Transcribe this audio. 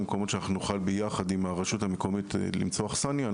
או במקומות שנוכל ביחד עם הרשות המקומית למצוא אכסניה,